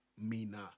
Mina